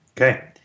Okay